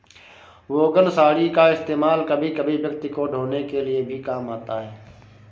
wagon गाड़ी का इस्तेमाल कभी कभी व्यक्ति को ढ़ोने के लिए भी काम आता है